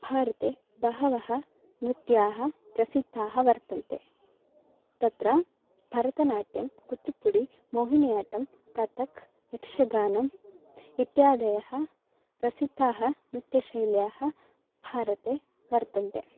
भारते बहवः नृत्याः प्रसिद्धाः वर्तन्ते तत्र भरतनाट्यं कुच्चुप्पुडि मोहिनी अट्टं कतक् यक्षगानम् इत्यादयः प्रसिद्धाः नृत्यशैल्यः भारते वर्तन्ते